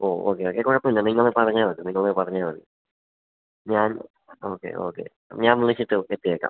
ഓ okay okay കുഴപ്പമില്ല നിങ്ങള് പറഞ്ഞാല് മതി നിങ്ങള് പറഞ്ഞാല് മതി ഞാൻ ഓക്കെ ഓക്കെ ഞാന് വിളിച്ചിട്ട് എത്തിയേക്കാം